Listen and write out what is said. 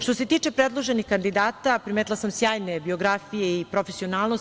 Što se tiče predloženih kandidata, primetila sam sjajne biografije i profesionalnost.